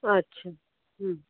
আচ্ছা হুম